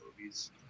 movies